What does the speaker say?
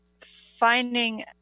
finding